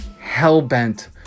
hell-bent